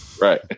Right